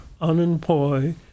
unemployed